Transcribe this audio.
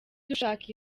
dushaka